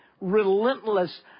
relentless